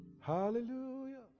Hallelujah